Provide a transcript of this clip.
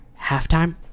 halftime